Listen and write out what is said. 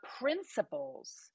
principles